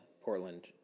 Portland